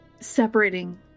separating